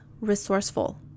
resourceful